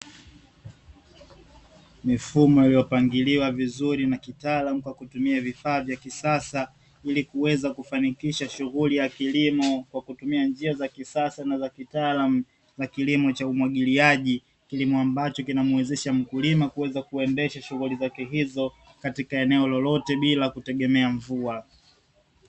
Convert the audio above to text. Mifumo iliyopangiliwa vizuri na kitaalamu kwa kutumia vifaa vya kisasa, ili kuweza kufanikisha shughuli ya kilimo kwa kutumia njia za kisasa na za kitaalamu za kilimo cha umwagiliaji. Kilimo ambacho kinamwezesha mkulima kuweza kuendesha shughuli zake hizo katika eneo lolote bila kutegemea mvua.